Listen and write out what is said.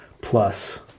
plus